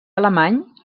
alemany